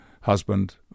husband